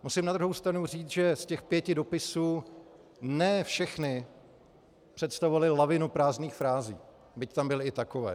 Musím na druhou stranu říct, že z těch pěti dopisů ne všechny představovaly lavinu prázdných frází, byť tam byly i takové.